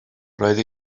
roedd